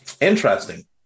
interesting